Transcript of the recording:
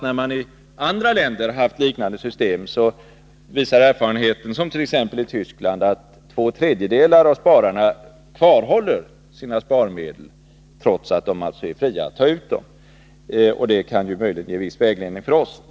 När man i andra länder haft liknande system visar erfarenheten, som t.ex. i Tyskland, att två tredjedelar av spararna kvarhåller sina sparmedel, trots att de alltså har möjlighet att ta ut dem. Det kan möjligen ge en viss vägledning för oss.